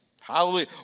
Hallelujah